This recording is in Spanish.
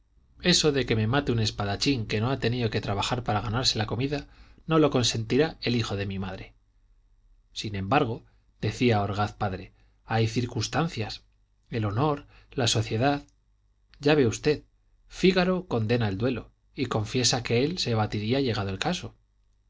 eso de que me mate un espadachín que no ha tenido que trabajar para ganarse la comida no lo consentirá el hijo de mi madre sin embargo decía orgaz padre hay circunstancias el honor la sociedad ya ve usted fígaro condena el duelo y confiesa que él se batiría llegado el caso